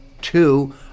Two